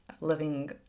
living